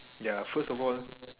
ya first of all